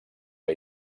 que